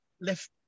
left